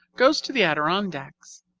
goes to the adirondacks.